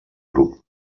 grup